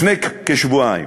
לפני כשבועיים